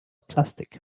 plastik